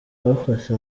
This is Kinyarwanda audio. bafashe